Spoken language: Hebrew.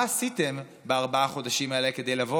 מה עשיתם בארבעת החודשים האלה כדי לבוא